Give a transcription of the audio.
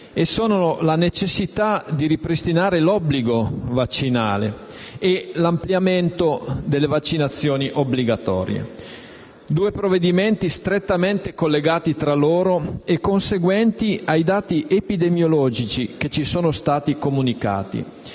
la necessità di ripristinare l'obbligo vaccinale e l'ampliamento delle vaccinazioni obbligatorie. I due profili sono strettamente collegati tra loro e conseguenti ai dati epidemiologici che ci sono stati comunicati,